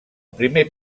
primer